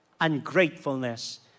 Ungratefulness